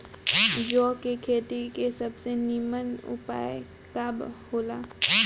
जौ के खेती के सबसे नीमन उपाय का हो ला?